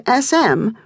SM